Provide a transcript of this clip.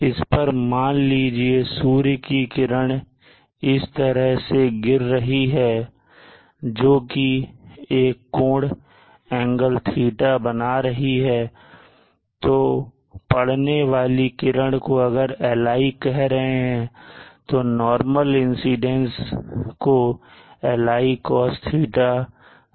इस पर मान लीजिए सूर्य की किरण इस तरह से गिर रही है जो कि एक कोड θ बना रही है तो पढ़ने वाली किरण को अगर Li कहे तो नॉरमल इंसीडेंस को Li cos θ कहा जाता है